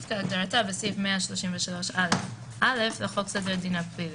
כהגדרתה בסעיף 133א(א) לחוק סדר הדין הפלילי,